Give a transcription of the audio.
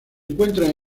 encuentra